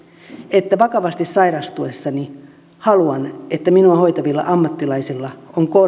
että vakavasti sairastuessani haluan että minua hoitavilla ammattilaisilla on korkein mahdollinen ammattitaito